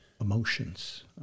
emotions